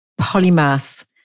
polymath